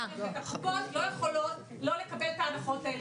הקופות לא יכולים לא לקבל את ההנחות האלה,